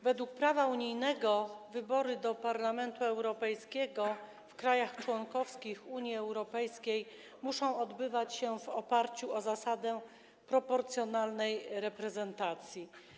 Według prawa unijnego wybory do Parlamentu Europejskiego w krajach członkowskich Unii Europejskiej muszą odbywać się w oparciu o zasadę proporcjonalnej reprezentacji.